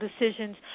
decisions